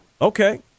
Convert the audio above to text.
Okay